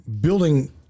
building